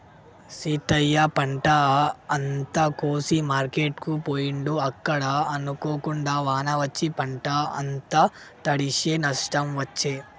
సీతయ్య పంట అంత కోసి మార్కెట్ కు పోయిండు అక్కడ అనుకోకుండా వాన వచ్చి పంట అంత తడిశె నష్టం వచ్చే